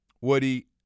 Woody –